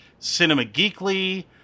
cinemageekly